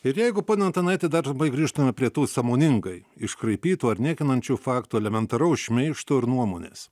ir jeigu pone antanaiti dar trumpai grįžtume prie tų sąmoningai iškraipytų ar niekinančių faktų elementaraus šmeižto ir nuomonės